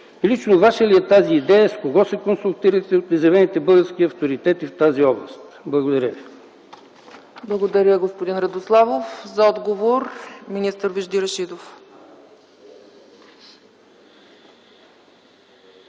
Лично Ваша ли е тази идея? С кого се консултирахте от изявените български авторитети в тази област? Благодаря ви. ПРЕДСЕДАТЕЛ ЦЕЦКА ЦАЧЕВА: Благодаря, господин Радославов. За отговор – министър Вежди Рашидов.